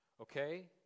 Okay